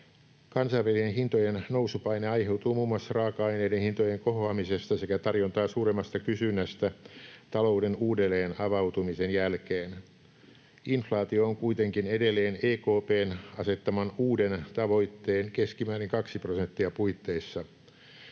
Kansainvälinen hintojen nousupaine aiheutuu muun muassa raaka-aineiden hintojen kohoamisesta sekä tarjontaa suuremmasta kysynnästä talouden uudelleen avautumisen jälkeen. Inflaatio on kuitenkin edelleen EKP:n asettaman uuden tavoitteen — keskimäärin 2 prosenttia — puitteissa.